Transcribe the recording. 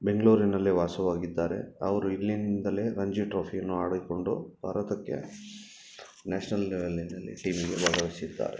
ಬೆಂಗಳೂರಿನಲ್ಲೇ ವಾಸವಾಗಿದ್ದಾರೆ ಅವರು ಇಲ್ಲಿಂದಲೇ ರಣಜಿ ಟ್ರೋಫಿಯನ್ನು ಆಡಿಕೊಂಡು ಭಾರತಕ್ಕೆ ನ್ಯಾಷ್ನಲ್ ಲೆವೆಲಿನಲ್ಲಿ ಟೀಮಿಗೆ ಭಾಗವಹಿಸಿದ್ದಾರೆ